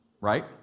right